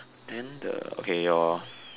then the okay your